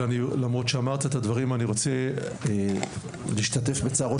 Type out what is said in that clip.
ואני למרות שאמרת את הדברים אני רוצה להשתתף בצערו